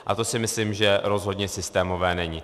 A to si myslím, že rozhodně systémové není.